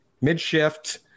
mid-shift